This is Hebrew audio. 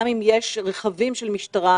גם אם יש רכבים של המשטרה,